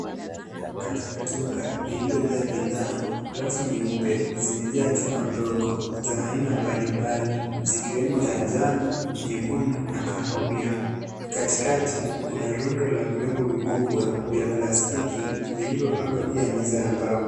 Katika duka lililojaa bidhaa, rafu nyeupe zimejaa chupa ndogo za aina mbalimbali, zikiwemo za njano, nyekundu na kahawia. Katikati kuna rundo la vyombo vikubwa, vya plastiki vilivyopangwa juu ya meza ya mbao.